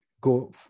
go